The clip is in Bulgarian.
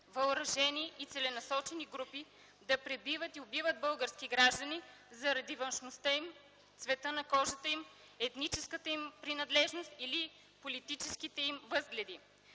въоръжени и целенасочени групи да пребиват и убиват български граждани заради външността им, цвета на кожата им, етническата им принадлежност или политическите им възгледи.